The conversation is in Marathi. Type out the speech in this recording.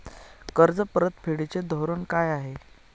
कर्ज परतफेडीचे धोरण काय आहे?